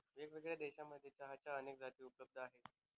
वेगळ्यावेगळ्या देशांमध्ये चहाच्या अनेक जाती उपलब्ध आहे